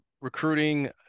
recruiting